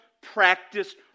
practice